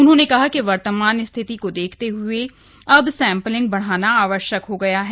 उन्होंने कहा कि वर्तमान स्थिति को देखते हुए कहा कि अब सैंपलिग बढ़ाना आवश्यक हो गया है